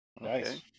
Nice